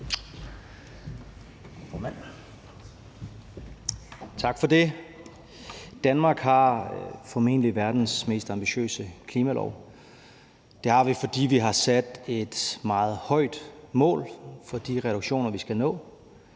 det, formand. Danmark har formentlig verdens mest ambitiøse klimalov, og det har vi, fordi vi har sat et meget højt mål for de reduktioner, vi skal nå.